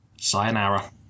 sayonara